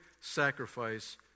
sacrifice